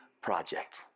project